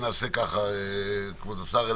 כבוד השר,